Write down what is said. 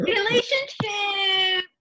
Relationship